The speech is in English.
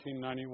1991